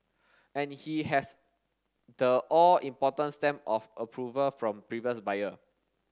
and he has the all important stamp of approval from previous buyer